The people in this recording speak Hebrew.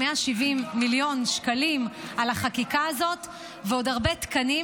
170 מיליון שקלים על החקיקה הזאת ועוד הרבה תקנים,